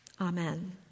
Amen